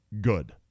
good